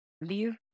leave